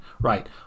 right